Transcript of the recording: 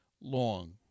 long